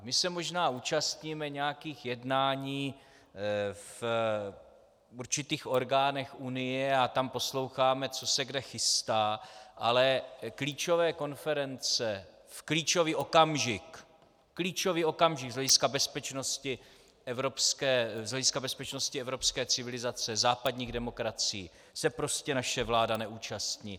My se možná účastníme nějakých jednání v určitých orgánech Unie a tam posloucháme, co se kde chystá, ale klíčové konference v klíčový okamžik, klíčový okamžik z hlediska bezpečnosti evropské civilizace, západních demokracií, se prostě naše vláda neúčastní.